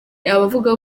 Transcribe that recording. abavuga